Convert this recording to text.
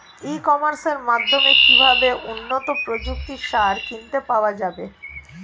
ই কমার্সের মাধ্যমে কিভাবে উন্নত প্রযুক্তির সার কিনতে পাওয়া যাবে?